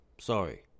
sorry